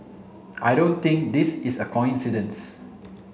I don't think this is a coincidence